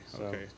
Okay